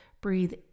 breathe